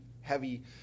heavy